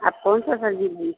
आप कौन सी सब्ज़ी लेंगी